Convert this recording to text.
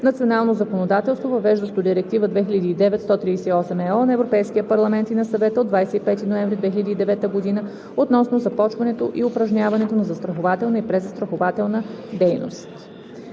национално законодателство, въвеждащо Директива 2009/138/ЕО на Европейския парламент и на Съвета от 25 ноември 2009 г. относно започването и упражняването на застрахователна и презастрахователна дейност